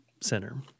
Center